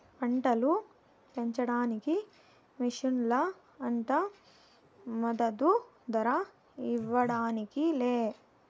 పంటలు పెంచడానికి మిషన్లు అంట మద్దదు ధర ఇవ్వడానికి లే